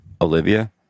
Olivia